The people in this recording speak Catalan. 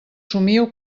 somio